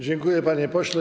Dziękuję, panie pośle.